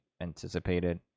anticipated